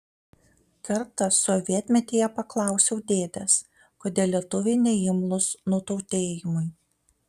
kartą sovietmetyje paklausiau dėdės kodėl lietuviai neimlūs nutautėjimui